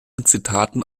zitaten